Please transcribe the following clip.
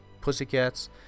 pussycats